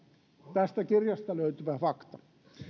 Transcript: tästä kirjasta löytyvä fakta